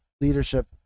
Leadership